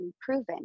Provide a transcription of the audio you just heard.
proven